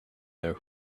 their